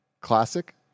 classic